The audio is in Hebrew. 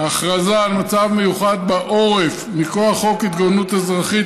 הכרזה על מצב מיוחד בעורף מכוח חוק ההתגוננות האזרחית,